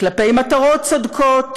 כלפי מטרות צודקות,